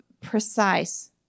precise